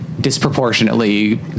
Disproportionately